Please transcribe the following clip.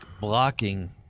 blocking